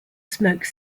smoke